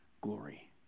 glory